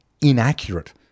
inaccurate